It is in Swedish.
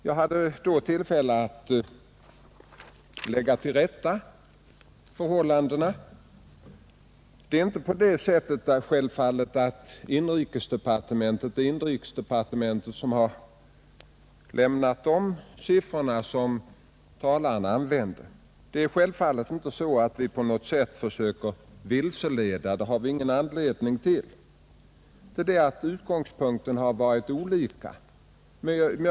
Jag hade då tillfälle att lägga till rätta en del missförstånd. Inrikesdepartementet har lämnat de siffror som herr Ångström nämnde. Det är självfallet inte så att vi på något sätt försöker vilseleda — det har vi ingen anledning att göra — men departementets utgångspunkter har varit andra än Umeå-undersökningens.